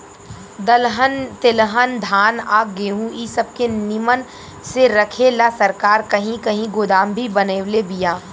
दलहन तेलहन धान आ गेहूँ इ सब के निमन से रखे ला सरकार कही कही गोदाम भी बनवले बिया